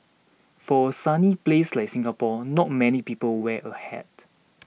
for a sunny place like Singapore not many people wear a hat